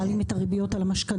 מעלים את הריביות על המשכנתאות.